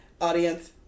Audience